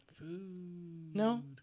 No